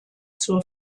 zur